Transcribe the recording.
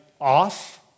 off